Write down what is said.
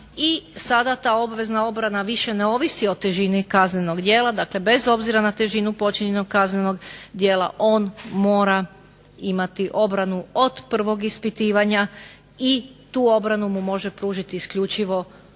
sada ta obvezna obrana više ne ovisi o težini kaznenog djela, dakle bez obzira na težinu počinjenog kaznenog djela on mora imati obranu od prvog ispitivanja i tu obranu mu može pružiti isključivo odvjetnik.